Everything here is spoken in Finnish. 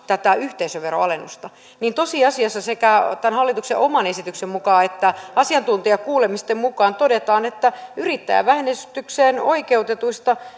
tätä yhteisöveroalennusta niin tosiasiassa sekä tämän hallituksen oman esityksen mukaan että asiantuntijakuulemisten mukaan yrittäjävähennykseen oikeutetuista